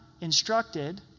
instructed